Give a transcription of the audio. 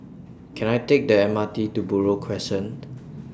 Can I Take The M R T to Buroh Crescent